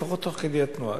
לפחות תוך כדי תנועה.